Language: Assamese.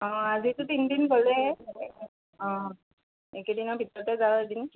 অঁ আজিটো তিনি দিন গ'লে অঁ এই কেইদিনৰ ভিতৰতে যাঁও এদিন